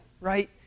right